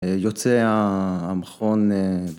‫יוצא המכון...